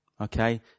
okay